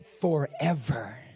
Forever